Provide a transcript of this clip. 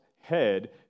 head